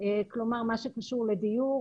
כלומר מה שקשור לדיור,